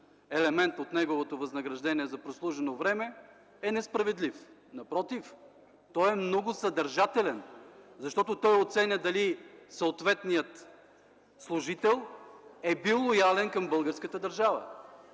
елемент от неговото възнаграждение за прослужено време, е несправедлив. Напротив, той е много съдържателен, защото оценява дали съответният служител е бил лоялен към българската държава.